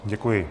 Děkuji.